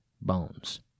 bones